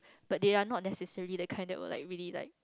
but they are not necessary the kind that will like really like